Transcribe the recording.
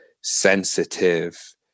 sensitive